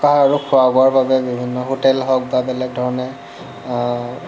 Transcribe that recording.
থকা আৰু খোৱা বোৱাৰ বাবে বিভিন্ন হোটেল হওক বা বেলেগ ধৰণে